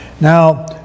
Now